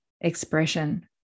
expression